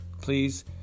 Please